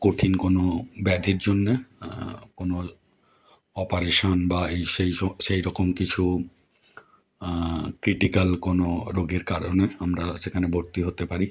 কঠিন কোনও ব্যধির জন্যে কোনও অপারেশান বা এই সেই স সেই রকম কিছু ক্রিটিকাল কোনও রোগের কারণে আমরা সেখানে ভর্তি হতে পারি